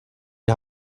die